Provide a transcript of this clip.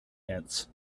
ants